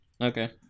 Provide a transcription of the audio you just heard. Okay